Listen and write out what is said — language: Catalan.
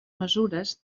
mesures